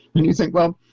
and you think, well,